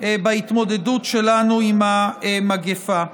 בהתמודדות שלנו עם המגפה.